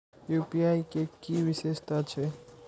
UPI के कि विषेशता छै?